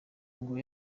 ngo